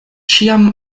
ĉiam